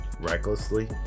Recklessly